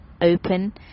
open